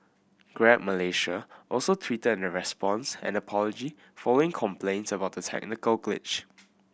Grab Malaysia also tweeted a response and apology following complaints about the technical glitch